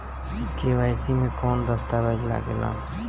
KYC मे कौन दश्तावेज लागेला?